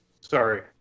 Sorry